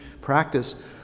practice